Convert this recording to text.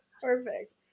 Perfect